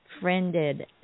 friended